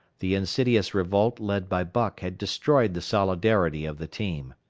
the insidious revolt led by buck had destroyed the solidarity of the team.